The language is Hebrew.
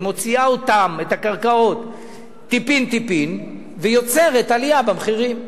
היא מוציאה את הקרקעות טיפין-טיפין ויוצרת עלייה במחירים.